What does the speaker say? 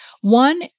One